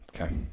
okay